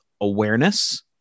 awareness